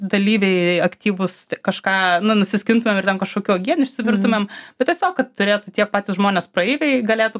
dalyviai aktyvūs kažką nu nusiskintumėm ir ten kažkokių uogienių išsivirtumėm bet tiesiog kad turėtų tie patys žmonės praeiviai galėtų